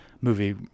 movie